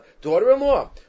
daughter-in-law